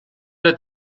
der